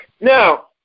Now